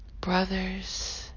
brothers